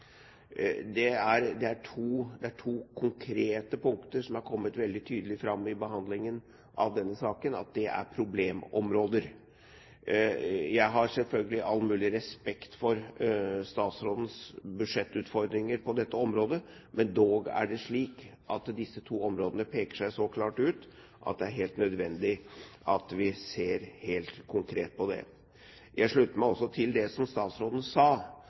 saken at det er to konkrete problemområder. Jeg har selvfølgelig all mulig respekt for statsrådens budsjettutfordringer på dette området, men dog er det slik at disse to områdene peker seg så klart ut at det er helt nødvendig at vi ser helt konkret på dem. Jeg slutter meg også til det som statsråden sa.